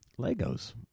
Legos